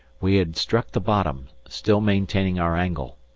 we had struck the bottom, still maintaining our angle.